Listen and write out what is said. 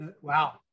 Wow